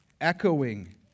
Echoing